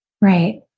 Right